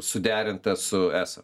suderinta su eso